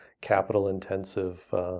capital-intensive